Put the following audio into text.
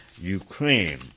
Ukraine